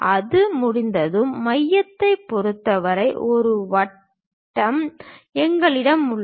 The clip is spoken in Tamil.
அது முடிந்ததும் மையத்தைப் பொறுத்தவரை இந்த வட்டம் எங்களிடம் உள்ளது